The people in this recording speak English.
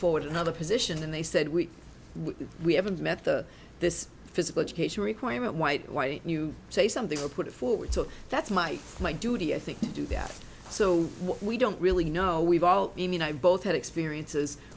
forward another position and they said we we haven't met the this physical education requirement white white you say something or put it forward so that's my my duty i think you do that so what we don't really know we've all even i both had experiences